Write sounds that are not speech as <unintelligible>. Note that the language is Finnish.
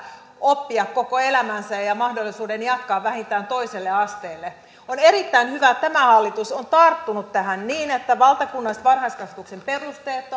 oppia koko elämänsä ja mahdollisuuden jatkaa vähintään toiselle asteelle on erittäin hyvä että tämä hallitus on tarttunut tähän niin että valtakunnalliset varhaiskasvatuksen perusteet <unintelligible>